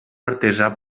artesà